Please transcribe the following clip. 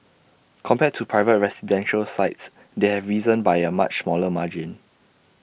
compared to private residential sites they have risen by A much smaller margin